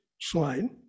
slide